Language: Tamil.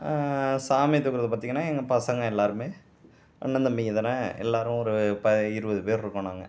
சாமி தூக்குறதை பார்த்தீங்கனா எங்கள் பசங்க எல்லாருமே அண்ணன் தம்பிங்கள் தான் எல்லாரும் ஒரு ப இருபது பேர் இருக்கோம் நாங்கள்